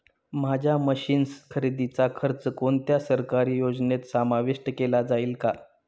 माझ्या मशीन्स खरेदीचा खर्च कोणत्या सरकारी योजनेत समाविष्ट केला जाईल का?